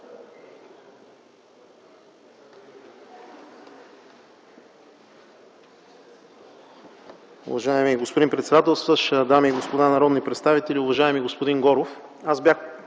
Уважаеми господин председателстващ, дами и господа народни представители, уважаеми господин Местан!